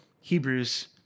Hebrews